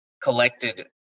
collected